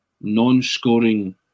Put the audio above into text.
non-scoring